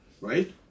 Right